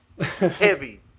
heavy